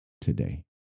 today